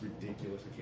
ridiculous